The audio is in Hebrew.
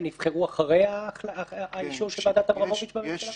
הם נבחרו אחרי האישור של ועדת אברמוביץ בממשלה?